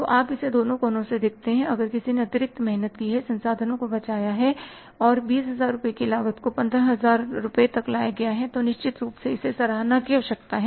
तो आप इसे दोनों कोणों से देखते हैं अगर किसी ने अतिरिक्त मेहनत की है संसाधनों को बचाया है और 20000 रुपये की लागत को 15000 रुपये तक लाया गया है तो निश्चित रूप से इसे सराहना की आवश्यकता है